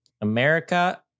America